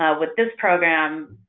ah with this program,